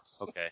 Okay